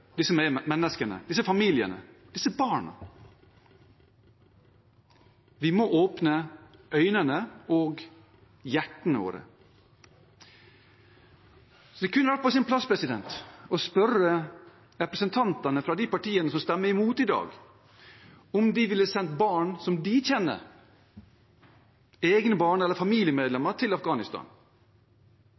menneskene, disse familiene, disse barna. Vi må åpne øynene våre og hjertet vårt. Det kunne vært på sin plass å spørre representantene fra de partiene som stemmer imot i dag, om de ville sendt barn som de kjenner, egne barn eller familiemedlemmer, til Afghanistan.